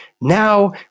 now